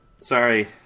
Sorry